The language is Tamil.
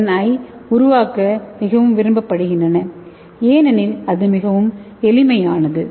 என் ஐ உருவாக்க மிகவும் விரும்பப்படுகின்றன ஏனெனில் அது மிகவும் எளிமையானது